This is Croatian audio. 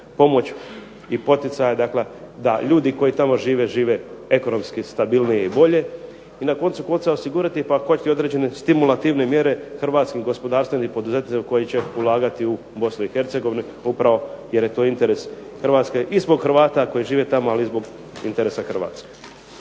pomoć i poticaje, dakle da ljudi koji tamo žive žive ekonomski stabilnije i bolje. I na koncu konca osigurati pa ako hoćete i određene stimulativne mjere hrvatskim gospodarstvenim poduzetnicima koji će ulagati u BiH upravo jer je to interes Hrvatske i zbog Hrvata koji žive tamo, ali i zbog interesa Hrvatske.